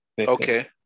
Okay